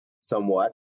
somewhat